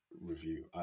review